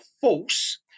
false